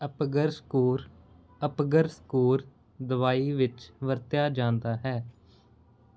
Apgar score Apgar score ਦਵਾਈ ਵਿੱਚ ਵਰਤਿਆ ਜਾਂਦਾ ਹੈ